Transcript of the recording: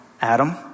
Adam